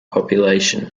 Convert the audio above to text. population